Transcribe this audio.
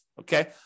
okay